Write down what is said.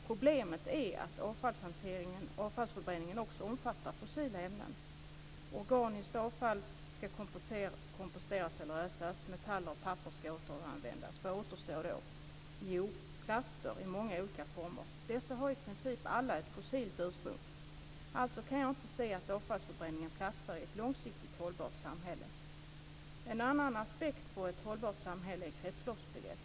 Problemet är att avfallsförbränningen också omfattar fossila ämnen. Organiskt avfall ska komposteras eller rötas. Metaller och papper ska återanvändas. Vad återstår då? Jo, plaster i många olika former. Dessa har i princip alla ett fossilt ursprung. Alltså kan jag inte se att avfallsförbränningen platsar i ett långsiktigt hållbart samhälle. En annan aspekt på ett hållbart samhälle är kretsloppsbegreppet.